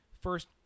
first